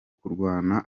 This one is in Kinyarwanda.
kurwana